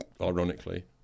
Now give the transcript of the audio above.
ironically